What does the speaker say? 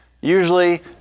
Usually